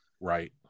right